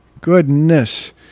Goodness